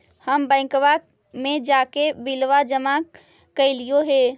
हम बैंकवा मे जाके बिलवा जमा कैलिऐ हे?